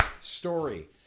story